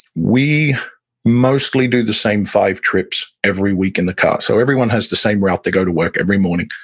we mostly do the same five trips every week in the car. so everyone has the same route they go to work every morning.